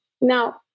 Now